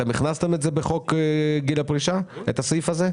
אתם הכנסתם את זה בחוק גיל הפרישה את הסעיף הזה?